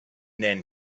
then